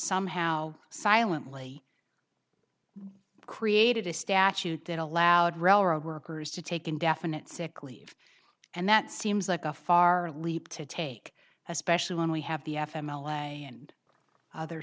somehow silently created a statute that allowed railroad workers to take indefinite sick leave and that seems like a far leap to take especially when we have the f m l a and other